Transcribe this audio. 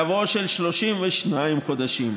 יבוא "של שלושים ושניים חודשים',